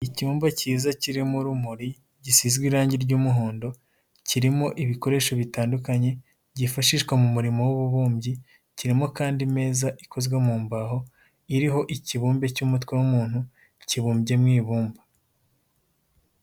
Icyumba cyiza kirimo urumuri gisizwe irangi ry'umuhondo, kirimo ibikoresho bitandukanye byifashishwa mu murimo w'ububumbyi, kirimo kandi imeza ikozwe mu mbaho iriho ikibumbe cy'umutwe w'umuntu, kibumbye mu ibumba.